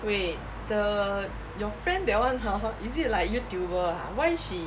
wait the your friend that one !huh! is it like youtuber ah why she